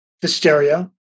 hysteria